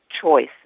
choice